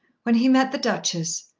when he met the duchess,